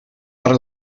parc